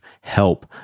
help